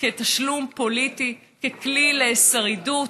כתשלום פוליטי, ככלי לשרידות,